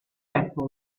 apple